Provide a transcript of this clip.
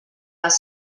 les